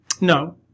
No